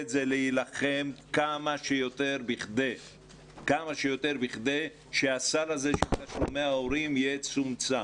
הוא להילחם כמה שיותר בכדי שהסל הזה של תשלומי הורים יצומצם.